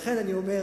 לכן אני אומר,